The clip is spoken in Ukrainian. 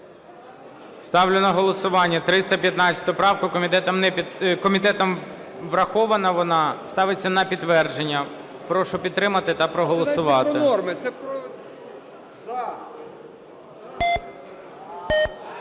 Ставлю на голосування 315 правку. Комітетом врахована вона. Ставиться на підтвердження. Прошу підтримати та проголосувати.